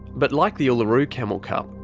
but like the uluru camel cup,